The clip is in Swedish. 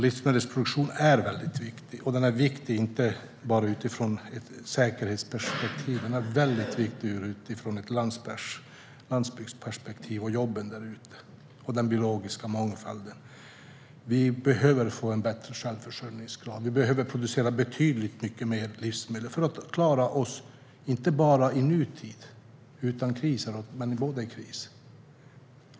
Livsmedelsproduktion är väldigt viktig, och den är viktig inte bara utifrån ett säkerhetsperspektiv utan också utifrån ett landsbygdsperspektiv. Det handlar också om jobben och om den biologiska mångfalden. Vi behöver få en bättre självförsörjningsgrad. Vi behöver producera betydligt mycket mer livsmedel för att klara oss, inte bara i nutid utan i kristid.